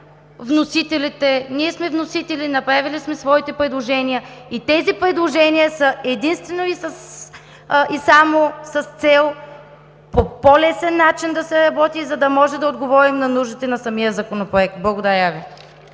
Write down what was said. вносителите. Ние сме вносители, направили сме своите предложения и те са единствено и само с цел по по-лесен начин да се работи, за да може да отговорим на нуждите на самия законопроект. Благодаря Ви.